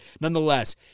nonetheless